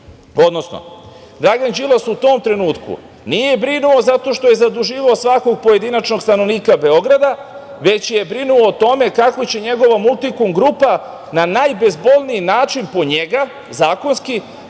evra. Dragan Đilas u tom trenutku nije brinuo zato što je zaduživao svakog pojedinačnog stanovnika Beograda, već je brinuo o tome kako će njegova Multikom grupa na najbezbolniji način po njega, zakonski,